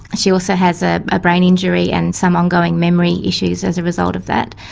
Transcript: she also has ah a brain injury and some ongoing memory issues as a result of that.